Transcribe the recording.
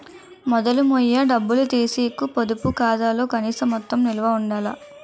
మొదలు మొయ్య డబ్బులు తీసీకు పొదుపు ఖాతాలో కనీస మొత్తం నిలవ ఉండాల